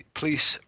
Police